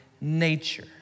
nature